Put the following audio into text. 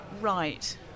right